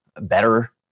better